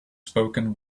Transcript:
spoken